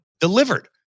delivered